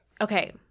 Okay